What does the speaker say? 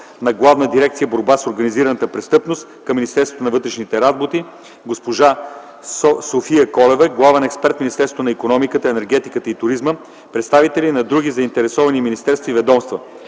на Главна дирекция „Борба с организираната престъпност” към Министерството на вътрешните работи, госпожа София Колева – главен експерт в Министерството на икономиката, енергетиката и туризма, представители на други заинтересовани министерства и ведомства,